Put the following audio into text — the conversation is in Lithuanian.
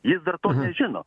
jis dar to nežino